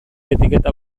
etiketa